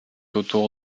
autour